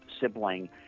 sibling